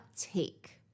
take